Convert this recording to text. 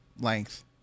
length